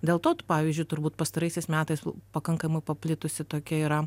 dėl tot pavyzdžiui turbūt pastaraisiais metais pakankamai paplitusi tokia yra